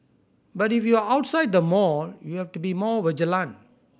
but if you are outside the mall you have to be more vigilant